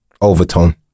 overtone